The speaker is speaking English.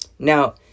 Now